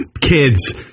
kids